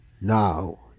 Now